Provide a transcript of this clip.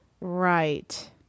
Right